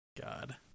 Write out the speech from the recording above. God